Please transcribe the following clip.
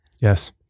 Yes